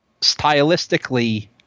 stylistically –